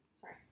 Sorry